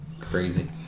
Crazy